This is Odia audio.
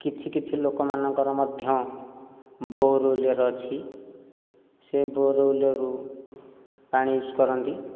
କିଛି କିଛି ଲୋକମାନଙ୍କର ମଧ୍ୟ ବୋରୱେଲର ଅଛି ସେ ବୋରୱେଲରୁ ପାଣି ଇଉଜ୍ କରନ୍ତି